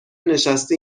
نشستی